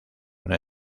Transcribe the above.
una